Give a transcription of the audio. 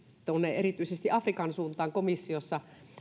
erityisesti tuonne afrikan suuntaan komissiossa